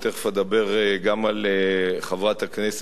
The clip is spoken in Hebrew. ותיכף אדבר גם על חברת הכנסת,